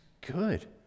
good